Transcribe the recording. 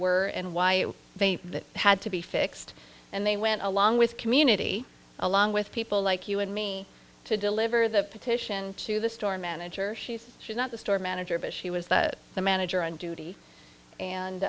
were and why they had to be fixed and they went along with community along with people like you and me to deliver the petition to the store manager she said she's not the store manager but she was the manager on duty and